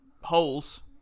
holes